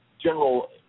general